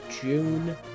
June